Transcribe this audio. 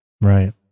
Right